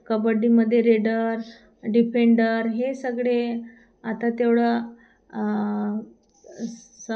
कबड्डीमध्ये raider defender हे सगळे आता तेवढं स